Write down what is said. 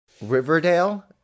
Riverdale